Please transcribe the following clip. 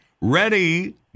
Ready